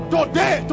Today